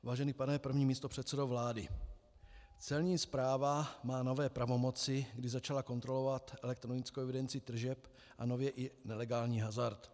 Vážený pane první místopředsedo vlády, Celní správa má nové pravomoci, kdy začala kontrolovat elektronickou evidenci tržeb a nově i nelegální hazard.